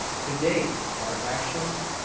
to date, our actions,